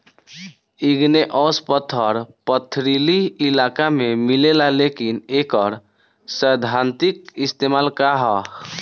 Igneous पत्थर पथरीली इलाका में मिलेला लेकिन एकर सैद्धांतिक इस्तेमाल का ह?